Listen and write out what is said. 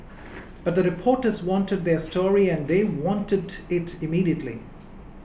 but the reporters wanted their story and they wanted it immediately